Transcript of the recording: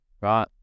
right